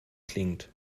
klingt